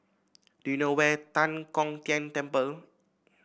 do you know where Tan Kong Tian Temple